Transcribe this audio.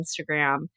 Instagram